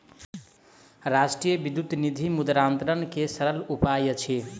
राष्ट्रीय विद्युत निधि मुद्रान्तरण के सरल उपाय अछि